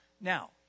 Now